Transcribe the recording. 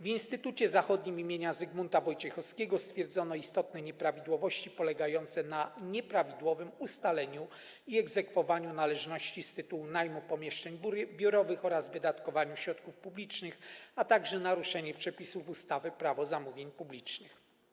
W Instytucie Zachodnim im. Zygmunta Wojciechowskiego stwierdzono istotne nieprawidłowości polegające na nieprawidłowym ustaleniu i egzekwowaniu należności z tytułu najmu pomieszczeń biurowych oraz wydatkowaniu środków publicznych, a także naruszenie przepisów ustawy Prawo zamówień publicznych.